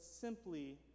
simply